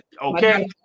okay